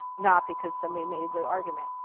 not because somebody made a good argument,